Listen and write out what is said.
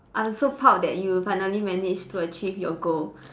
I'm so proud that you finally managed to achieve your goal